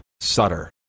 Sutter